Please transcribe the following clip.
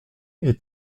est